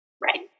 Right